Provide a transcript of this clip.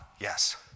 Yes